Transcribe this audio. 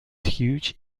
huge